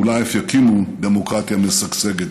ואולי אף יקימו דמוקרטיה משגשגת.